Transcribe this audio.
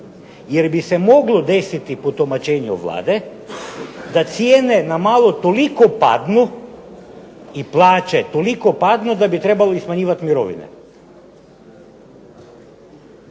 jer bi se moglo desiti, po tumačenju Vlade, da cijene na malo toliko padnu i plaće toliko padnu da bi trebali smanjivati mirovine.